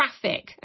traffic